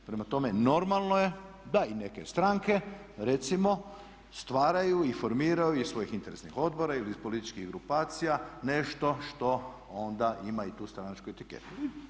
Prema tome normalno je da i neke stranke recimo stvaraju i formiraju iz svojih interesnih odbora ili iz političkih grupacija nešto što onda ima i tu stranačku etiketu.